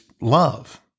love